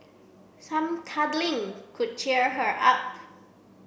some cuddling could cheer her up